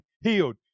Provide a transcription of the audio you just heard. healed